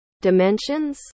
dimensions